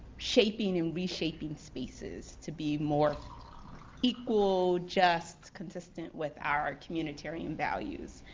shaping and reshaping spaces to be more equal, just, consistent with our communitarian values.